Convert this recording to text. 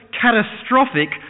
catastrophic